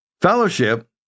fellowship